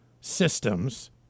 systems